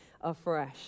afresh